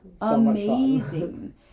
Amazing